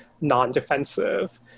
non-defensive